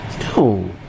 No